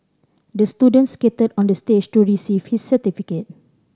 the student skated onto the stage to receive his certificate